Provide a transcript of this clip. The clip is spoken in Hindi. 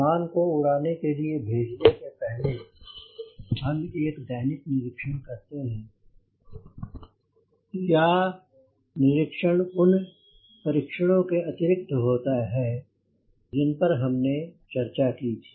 विमान को उड़ान के लिए भेजने के पहले हम एक दैनिक निरीक्षण करते हैं या निरीक्षण उन परीक्षणों के अतिरिक्त होता हैजिन पर हमने चर्चा की थी